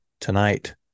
tonight